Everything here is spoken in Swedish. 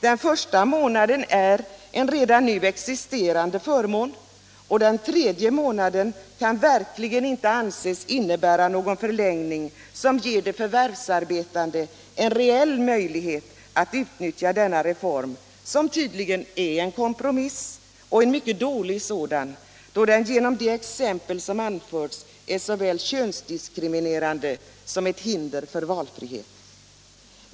Den första månaden är en redan nu existerande förmån, och den tredje månaden kan verkligen inte anses innebära någon förlängning som ger de förvärvsarbetande en rejäl möjlighet att utnyttja denna reform — som tydligen är en kompromiss och en mycket dålig sådan, då den enligt de exempel som anförts är såväl könsdiskriminerande som ett hinder för valfrihet.